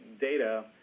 data